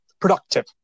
productive